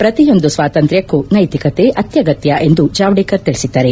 ಪ್ರತಿಯೊಂದು ಸ್ವಾತಂತ್ರ್ಯಕ್ಕೂ ನೈತಿಕತೆ ಅತ್ಯಗತ್ಯ ಎಂದು ಜಾವಡೇಕರ್ ತಿಳಿಸಿದ್ದಾರೆ